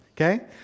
okay